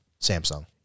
Samsung